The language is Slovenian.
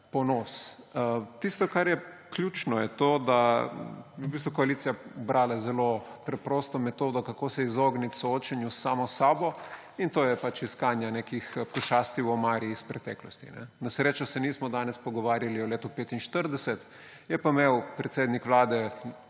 ponos. Tisto, kar je ključno, je to, da je v bistvu koalicija izbrala zelo preprosto metodo, kako se izogniti soočenju sama s seboj, in to je pač iskanja nekih pošasti v omari iz preteklosti. Na srečo se nismo danes pogovarjali o letu 1945, je pa imel predsednik Vlade